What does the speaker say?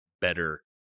better